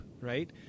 right